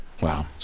Wow